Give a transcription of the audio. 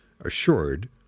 assured